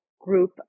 group